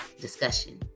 discussion